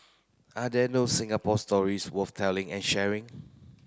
are there no Singapore stories worth telling and sharing